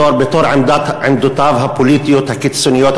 בתור עמדותיו הפוליטיות הקיצוניות.